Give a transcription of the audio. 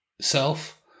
self